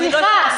סליחה.